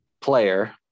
player